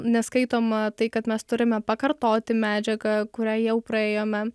neskaitoma tai kad mes turime pakartoti medžiagą kurią jau praėjome